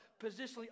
positionally